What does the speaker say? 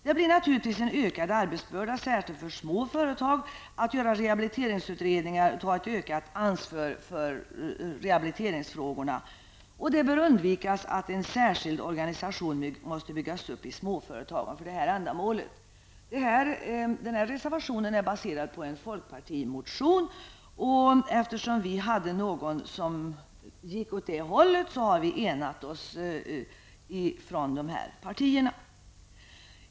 Det blir naturligtvis en ökad arbetsbörda, särskilt för små företag, att göra rehabiliteringsutredningar och ta ett ökat ansvar för rehabiliteringsfrågorna, och det bör undvikas att en särskild organisation måste byggas upp i småföretagen för detta ändamål. Denna reservation är baserad på en folkpartimotion. Eftersom vi hade ett förslag som gick åt samma håll har vi anslutit oss till den.